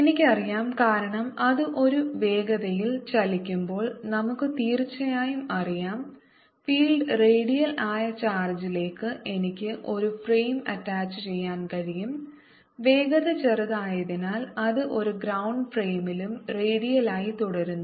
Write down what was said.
എനിക്കറിയാം കാരണം അത് ഒരു വേഗതയിൽ ചലിക്കുമ്പോൾ നമുക്ക് തീർച്ചയായും അറിയാം ഫീൽഡ് റേഡിയൽ ആയ ചാർജിലേക്ക് എനിക്ക് ഒരു ഫ്രെയിം അറ്റാച്ചുചെയ്യാൻ കഴിയും വേഗത ചെറുതായതിനാൽ അത് ഒരു ഗ്രൌണ്ട് ഫ്രെയിമിലും റേഡിയലായി തുടരുന്നു